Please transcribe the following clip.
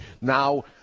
now